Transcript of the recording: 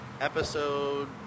episode